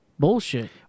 Bullshit